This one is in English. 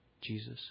Jesus